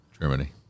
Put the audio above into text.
Germany